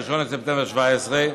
1 בספטמבר 2017,